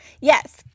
yes